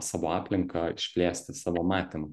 savo aplinką išplėsti savo matymą